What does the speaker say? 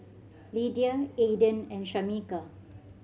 Lydia Aiden and Shameka